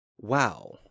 Wow